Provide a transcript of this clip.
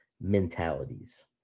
mentalities